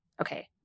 Okay